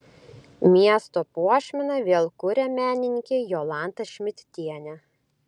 miesto puošmeną vėl kuria menininkė jolanta šmidtienė